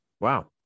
Wow